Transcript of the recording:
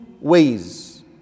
ways